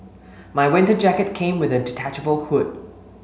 my winter jacket came with a detachable hood